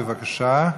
בבקשה.